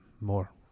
more